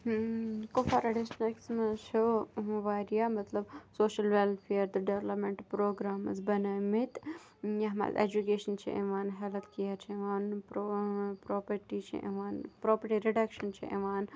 Kupwara districts منٛز چھُ واریاہ مطلب سوشَل وٮ۪لفِیَر تہٕ ڈٮ۪ولَپمٮ۪نٛٹ پرٛوگرامٕز بنٲومٕتۍ یَتھ منٛز اٮ۪جوکیشَن چھِ یِوان ہٮ۪لٕتھ کِیَر چھِ اِوان پرٛو پرٛوپٔٹی چھِ یِوان پرٛوپٔٹی رِڈَکشَن چھِ یِوان